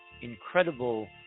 incredible